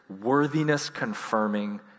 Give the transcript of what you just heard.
worthiness-confirming